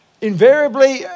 invariably